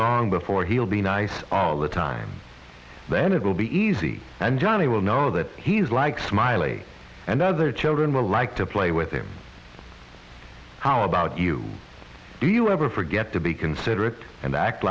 long before he'll be nice the time then it will be easy and johnny will know that he's like smiley and other children will like to play with him how about you do you ever forget to be considerate and act